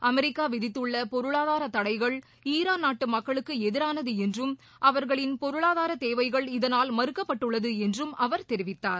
America விதித்துள்ள பொருளாதார தடைகள் ஈரான் நாட்டு மக்களுக்கு எதிரானது என்றும் அவர்களை பொருளாதார தேவைகள் இதனால் மறுக்கப்பட்டுள்ளது என்றும் அவர் தெரிவித்தார்